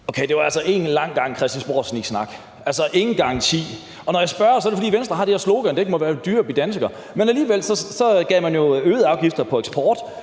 Okay, det var altså en lang gang christiansborgsniksnak – altså ingen garanti. Når jeg spørger, er det, fordi Venstre har det her slogan med, at det ikke må blive dyrere at være dansker, men alligevel øgede man afgifterne på eksport,